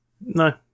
No